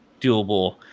doable